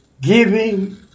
giving